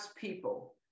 people